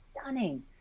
stunning